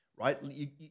right